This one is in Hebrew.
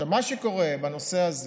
מה שקורה בנושא הזה,